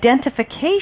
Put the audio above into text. identification